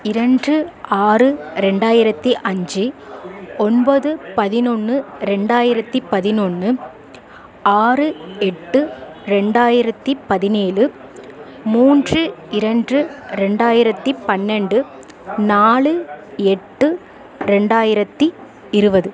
இரண்டு ஆறு ரெண்டாயிரத்து அஞ்சு ஒன்பது பதினொன்று ரெண்டாயிரத்துப் பதினொன்று ஆறு எட்டு ரெண்டாயிரத்துப் பதினேழு மூன்று இரண்டு ரெண்டாயிரத்துப் பன்னெண்டு நாலு எட்டு ரெண்டாயிரத்து இருபது